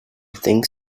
think